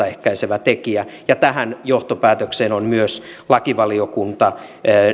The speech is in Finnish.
ehkäisevä tekijä ja tähän johtopäätökseen on myös lakivaliokunta